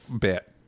bit